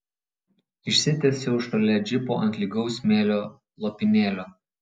išsitiesiau šalia džipo ant lygaus smėlio lopinėlio